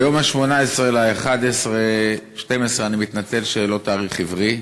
ביום 18 בנובמבר 2012, אני מתנצל שאין תאריך עברי,